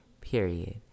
period